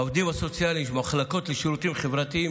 העובדים הסוציאליים במחלקות לשירותים חברתיים,